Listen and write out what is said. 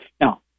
Now